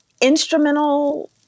Instrumental